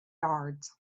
yards